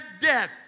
death